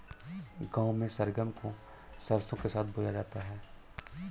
गांव में सरगम को सरसों के साथ बोया जाता है